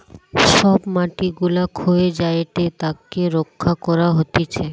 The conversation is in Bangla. সব মাটি গুলা ক্ষয়ে যায়েটে তাকে রক্ষা করা হতিছে